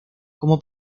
como